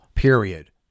Period